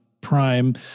prime